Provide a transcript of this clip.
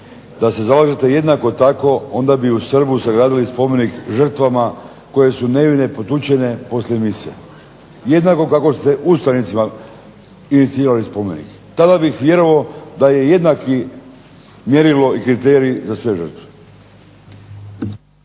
da se zalažete jednako tako onda bi u Srbu sagradili spomenik žrtvama koje su nevine potučene poslije mise jednako kako ste ustanicima inicirali spomenik. Tada bih vjerovao da je jednako mjerilo i kriterij za sve žrtve.